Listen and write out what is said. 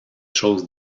chose